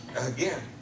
again